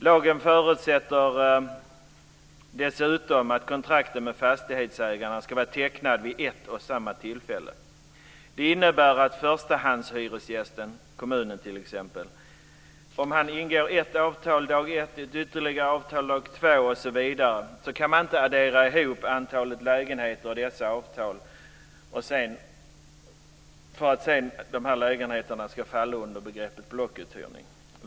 Lagen förutsätter dessutom att kontrakten med fastighetsägarna ska vara tecknade vid ett och samma tillfälle. Det innebär följande: Om förstahandshyresgästen, t.ex. kommunen, ingår ett avtal dag ett, ett ytterligare avtal dag två osv. kan han eller hon inte addera lägenheterna i dessa avtal för att de här lägenheterna sedan ska falla under begreppet blockuthyrning.